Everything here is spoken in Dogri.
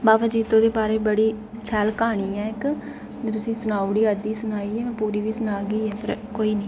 बावा जित्तो दे बारै बड़ी शैल क्हानी ऐ इक में तुसेंगी सनाऊड़ेआ अद्धी सनाई ऐ पूरी बी सनागी पर कोई नीं